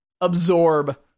absorb